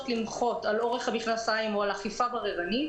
למחות על אורך המכנסיים או על אכיפה בררנית,